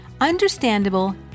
understandable